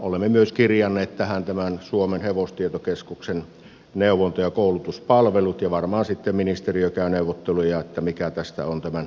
olemme myös kirjanneet tähän suomen hevostietokeskuksen neuvonta ja koulutuspalvelut ja varmaan sitten ministeriö käy neuvotteluja mikä tästä on tämän hevostietokeskuksen osuus